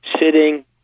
sitting